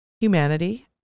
Humanity